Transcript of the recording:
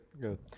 good